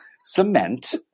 cement